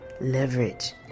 leverage